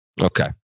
Okay